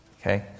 Okay